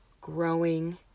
growing